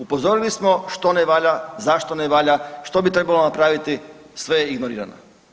Upozorili smo što ne valja, zašto ne valja, što bi trebalo napraviti, sve je ignorirano.